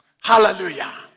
Hallelujah